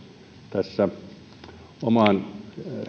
tässä oman